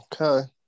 Okay